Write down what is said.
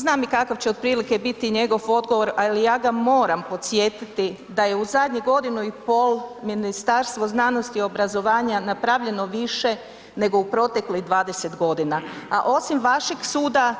Znam i kakav će otprilike biti njegov odgovor ali ja ga moram podsjetiti da je u zadnjih godinu i pol Ministarstvo znanosti i obrazovanja napravljeno više nego u proteklih 20 g. a osim vašeg suda,